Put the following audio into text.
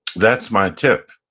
that's my tip.